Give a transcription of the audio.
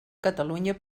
catalunya